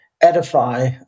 edify